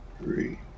three